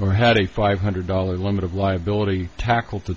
or had a five hundred dollars limit of liability tackle to